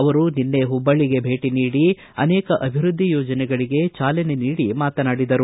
ಅವರು ನಿನ್ನೆ ಹುಬ್ಬಳ್ಳಿಗೆ ಭೇಟಿ ನೀಡಿ ಅನೇಕ ಅಭಿವೃದ್ಧಿ ಯೋಜನೆಗಳಿಗೆ ಚಾಲನೆ ನೀಡಿ ಮಾತನಾಡಿದರು